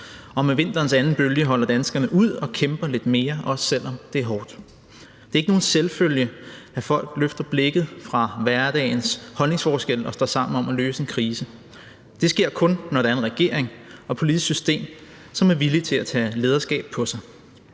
Og med vinterens anden bølge holder danskerne ud og kæmper lidt mere, også selv om det er hårdt. Det er ikke nogen selvfølge, at folk løfter blikket fra hverdagens holdningsforskelle og står sammen om at løse en krise; det sker kun, når der er en regering og et politisk system, som er villig til at tage lederskab på sig.